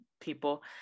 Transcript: people